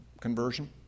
conversion